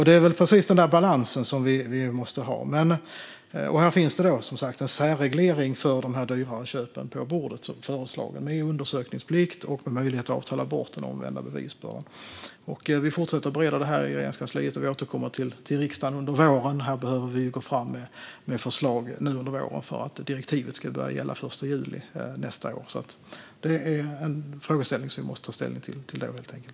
Det är väl precis den balansen vi måste ha. Det finns som sagt ett förslag om en särreglering för dyrare köp med undersökningsplikt och med möjlighet att avtala bort den omvända bevisbördan. Vi fortsätter att bereda detta i Regeringskansliet, och vi återkommer till riksdagen under våren. Här behöver vi gå fram med förslag nu under våren för att direktivet ska börja gälla den 1 juli nästa år. Det är en frågeställning som vi måste ta ställning till fram till dess, helt enkelt.